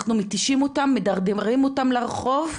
אנחנו מתישים אותם, מדרדרים אותם לרחוב,